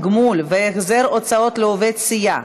גמול והחזר הוצאות לעובד סיעה,